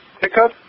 Pickup